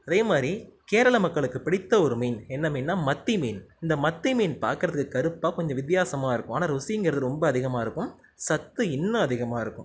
அதேமாதிரி கேரள மக்களுக்கு பிடித்த ஒரு மீன் என்ன மீன்னா மத்தி மீன் இந்த மத்தி மீன் பார்க்குறதுக்கு கருப்பா கொஞ்சம் வித்தியாசமாக இருக்கும் ஆனால் ருசிங்கிறது ரொம்ப அதிகமாக இருக்கும் சத்து இன்னும் அதிகமாக இருக்கும்